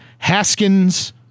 Haskins